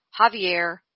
Javier